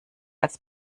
als